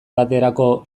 baterako